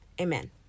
amen